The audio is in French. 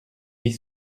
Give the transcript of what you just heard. huit